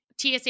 TSA